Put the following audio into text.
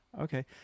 Okay